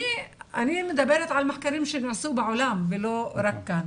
אני מדברת על מחקרים שנעשו בעולם ולא רק כאן.